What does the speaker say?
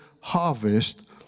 harvest